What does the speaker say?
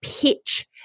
pitch